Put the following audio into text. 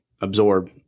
absorb